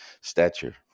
stature